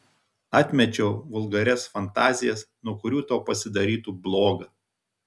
atmečiau vulgarias fantazijas nuo kurių tau pasidarytų bloga